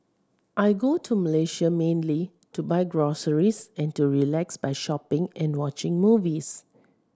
I go to Malaysia mainly to buy groceries and to relax by shopping and watching movies